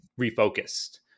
refocused